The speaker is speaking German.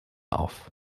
auf